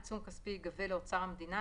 עיצום כספי ייגבה לאוצר המדינה,